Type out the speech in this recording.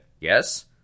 yes